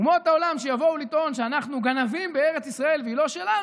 אומות העולם שיבואו לטעון שאנחנו גנבים בארץ ישראל והיא לא שלנו,